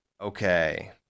Okay